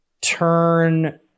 Turn